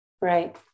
Right